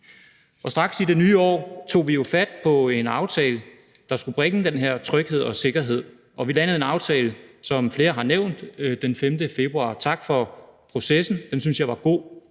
Straks i det nye år tog vi jo fat på en aftale, der skulle bibringe den her tryghed og sikkerhed, og vi landede en aftale, som flere har nævnt, den 5. februar. Tak for processen; den synes jeg var god.